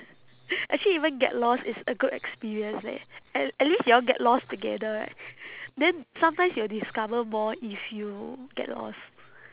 actually even get lost is a good experience leh at at least you all get lost together right then sometimes you'll discover more if you get lost